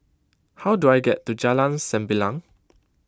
how do I get to Jalan Sembilang